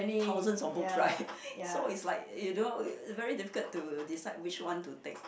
thousand of books right so is like you don't very difficult to decide which one to take